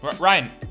Ryan